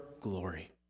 glory